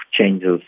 changes